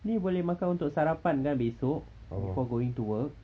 ni boleh makan untuk sarapan kan besok before going to work